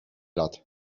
lat